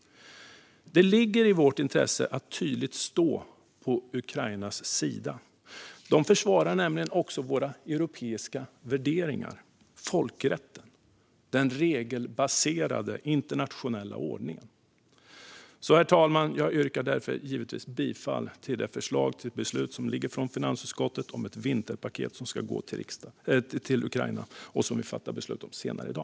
Det ligger i vårt intresse att tydligt stå på Ukrainas sida. De försvarar nämligen också våra europeiska värderingar, folkrätten och den regelbaserade internationella ordningen. Herr talman! Jag yrkar givetvis bifall till finansutskottets förslag till beslut om ett vinterpaket till Ukraina som vi ska fatta beslut om senare i dag.